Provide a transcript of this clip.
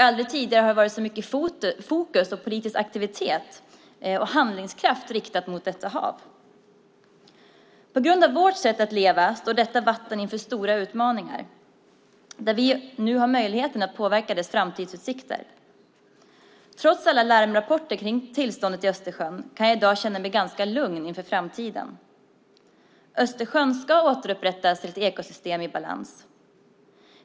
Aldrig tidigare har det varit så mycket fokus och politisk aktivitet och handlingskraft riktat mot detta hav. På grund av vårt sätt att leva står detta vatten inför stora utmaningar där vi nu har möjligheten att påverka dess framtidsutsikter. Trots alla larmrapporter om tillståndet i Östersjön kan jag i dag känna mig ganska lugn inför framtiden. Östersjön ska återupprättas till ett ekosystem i balans.